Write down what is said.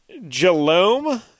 Jalome